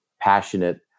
passionate